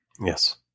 Yes